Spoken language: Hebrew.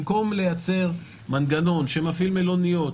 במקום לייצר מנגנון שמפעיל מלוניות,